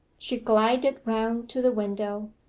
she glided round to the window,